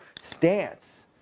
stance